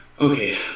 Okay